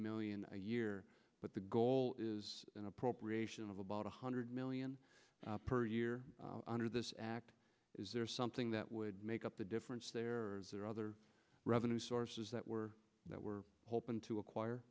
million a year but the goal is an appropriation of about one hundred million per year under this act is there something that would make up the difference there is there other revenue sources that we're that we're hoping to acquire